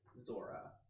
Zora